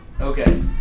Okay